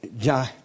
John